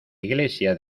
iglesia